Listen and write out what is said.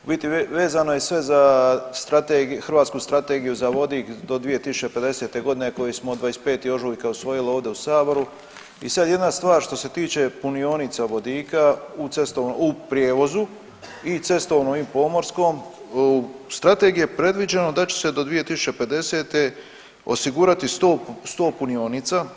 U biti vezano je sve za strategiju, Hrvatsku strategiju za vodik do 2050. g. koju smo 25. ožujka usvojili ovdje u Saboru i sad jedna stvar što se tiče punionica vodila u cestovnom, u prijevozu i cestovnom i pomorskom, u Strategiji je predviđeno da će se do 2050. osigurati 100 punionica.